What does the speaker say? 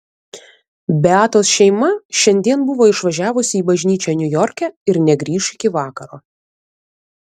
beatos šeima šiandien buvo išvažiavusi į bažnyčią niujorke ir negrįš iki vakaro